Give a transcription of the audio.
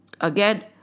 Again